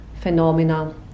phenomena